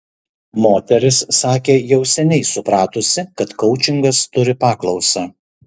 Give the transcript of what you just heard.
moteris sakė jau seniai supratusi kad koučingas turi paklausą